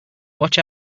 watch